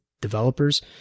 developers